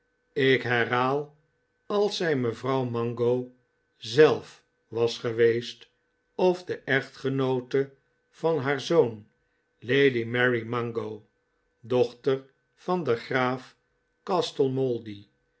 ik herhaal als zij mevrouw mango zelf was geweest of de echtgenoote van haar zoon lady mary mango dochter van den graaf